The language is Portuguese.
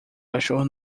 cachorro